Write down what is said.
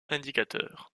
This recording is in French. indicateur